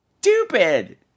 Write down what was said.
stupid